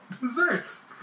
desserts